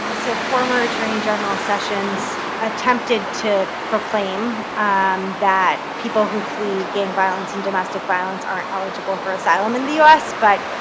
and so former attorney general sessions attempted to proclaim um that people who flee gang violence and domestic violence aren't eligible for asylum in the us, but